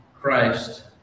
Christ